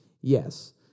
Yes